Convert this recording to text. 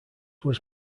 was